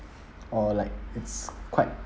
or like it's quite